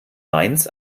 mainz